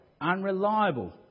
unreliable